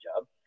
job